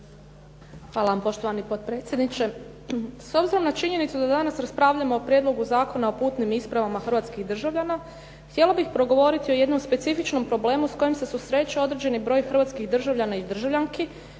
Hvala. Poštovani potpredsjedniče. S obzirom na činjenicu da danas raspravljamo o Prijedlogu zakona o putnim ispravama hrvatskih državljana htjela bih progovoriti o jednom specifičnom problemu s kojim se susreće određeni broj hrvatskih državljana i državljanki